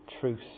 truth